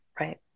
right